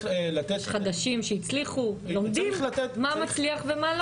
יש חדשים שהצליחו, לומדים מה מצליח ומה לא.